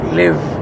live